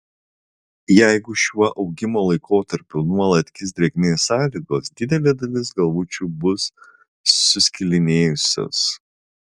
jeigu šiuo augimo laikotarpiu nuolat kis drėgmės sąlygos didelė dalis galvučių bus suskilinėjusios